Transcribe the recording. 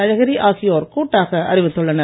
அழகிரி ஆகியோர் கூட்டாக அறிவித்துள்ளனர்